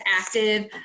active